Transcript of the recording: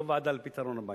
לא ועדה לפתרון הבעיות.